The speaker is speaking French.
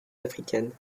africaine